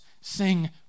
Sing